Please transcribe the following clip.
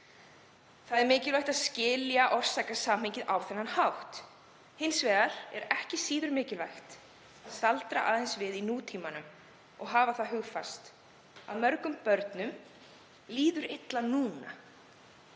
Það er mikilvægt að skilja orsakasamhengið á þennan hátt. Hins vegar er ekki síður mikilvægt að staldra aðeins við í nútímanum og hafa það hugfast að mörgum börnum líður illa núna.